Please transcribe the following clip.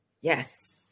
Yes